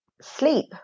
sleep